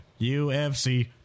UFC